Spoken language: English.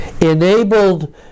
enabled